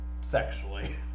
sexually